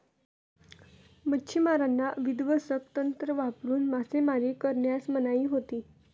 मच्छिमारांना विध्वंसक तंत्र वापरून मासेमारी करण्यास मनाई होती